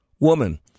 Woman